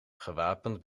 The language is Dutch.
gewapend